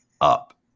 up